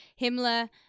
Himmler